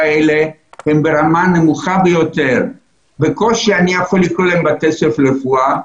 האלה הם ברמה נמוכה ביותר ובקושי אני יכול לקרוא להם בתי ספר לרפואה.